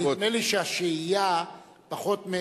נדמה לי שהשהייה פחות,